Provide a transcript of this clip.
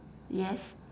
yes